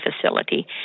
facility